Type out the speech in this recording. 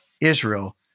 Israel